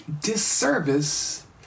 disservice